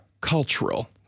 cultural